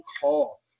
call